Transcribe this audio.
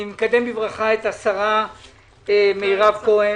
את השרה מירב כהן